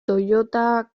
toyota